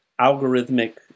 algorithmic